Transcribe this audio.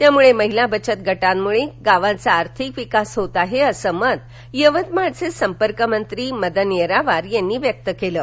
त्यामुळे महिला बचत गटांमुळे गावांचा आर्थिक विकास होत आहे असं मत यवतमाळचे संपर्कमंत्री मदन येरावार यांनी व्यक्त केलं आहे